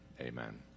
amen